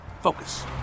Focus